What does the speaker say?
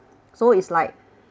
so it's like